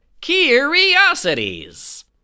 Curiosities